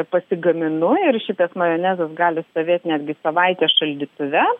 pasigaminu ir šitas majonezas gali stovėt netgi savaitę šaldytuve